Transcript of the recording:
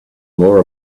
more